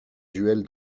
duel